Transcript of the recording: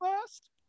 first